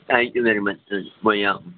thank you very much sir بڑھیاں